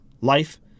life